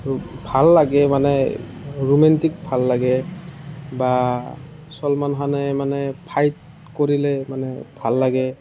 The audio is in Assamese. ভাল লাগে মানে ৰোমান্তিক ভাল লাগে বা চলমান খানে মানে ফাইট কৰিলে মানে ভাল লাগে